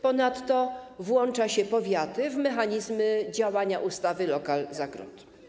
Ponadto włącza się powiaty w mechanizmy działania ustawy lokal za grunt.